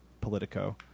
politico